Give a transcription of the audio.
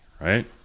right